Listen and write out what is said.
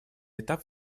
этап